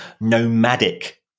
nomadic